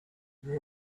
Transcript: there